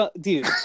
Dude